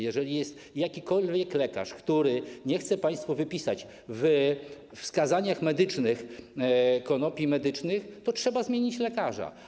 Jeżeli jest jakikolwiek lekarz, który nie chce państwu wypisać we wskazaniach medycznych konopi medycznych, to trzeba zmienić lekarza.